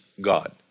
God